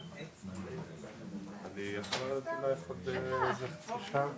אני היום אומר לך אני אחרי זה מסתכל עלייך דרך כל הזכוכיות,